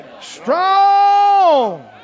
Strong